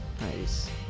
Nice